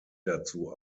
dazu